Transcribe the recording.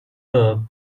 along